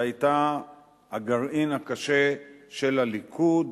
שהיתה הגרעין הקשה של הליכוד,